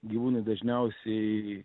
gyvūnai dažniausiai